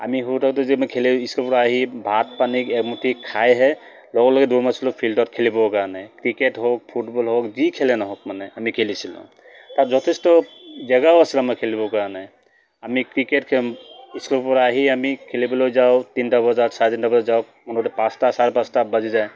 আমি সৰু থাকোঁতে যে আমি খেলি স্কুলৰপৰা আহি ভাত পানী এমুঠি খাইহে লগে লগে দৌৰ মাৰিছিলোঁ ফিল্ডত খেলিবৰ কাৰণে ক্ৰিকেট হওক ফুটবল হওক যি খেলেই নহওক মানে আমি খেলিছিলোঁ তাত যথেষ্ট জেগাও আছিলে আমাৰ খেলিবৰ কাৰণে আমি ক্ৰিকেট খেল স্কুলৰপৰা আহি আমি খেলিবলৈ যাওঁ তিনিটা বজাত চাৰে তিনিটা বজাত যাওঁ মুঠতে পাঁচটা চাৰে পাঁচটা বাজি যায়